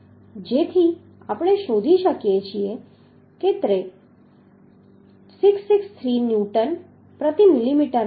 જેથી આપણે શોધી શકીએ છીએ તે 663 ન્યૂટન પ્રતિ મિલીમીટર હશે